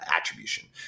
attribution